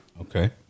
Okay